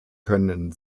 können